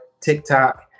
TikTok